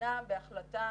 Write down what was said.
המדינה בהחלטה